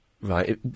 Right